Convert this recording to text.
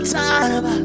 time